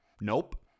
Nope